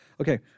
Okay